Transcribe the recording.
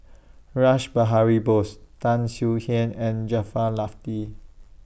Rash Behari Bose Tan Swie Hian and Jaafar